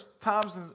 times